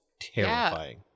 terrifying